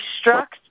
struck